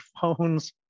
phones